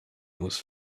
was